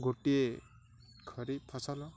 ଗୋଟିଏ ଖରିଫ ଫସଲ